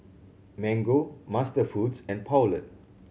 Mango MasterFoods and Poulet